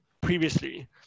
previously